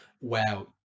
WoW